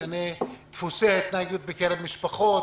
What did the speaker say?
משנה דפוסי התנהגות בקרב משפחות